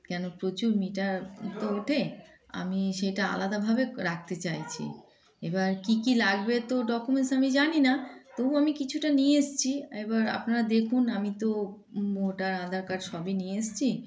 কেন প্রচুর মিটার তো ওঠে আমি সেটা আলাদাভাবে রাখতে চাইছি এবার কী কী লাগবে তো ডকুমেন্টস আমি জানি না তবু আমি কিছুটা নিয়ে এসেছি এবার আপনারা দেখুন আমি তো ভোটার আধার কার্ড সবই নিয়ে এসেছি